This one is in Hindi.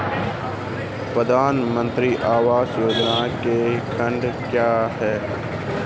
प्रधानमंत्री आवास योजना के खंड क्या हैं?